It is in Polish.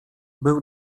był